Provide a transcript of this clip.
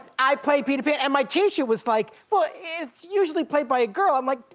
i played peter pan and my teacher was like, well, it's usually played by a girl. i'm like,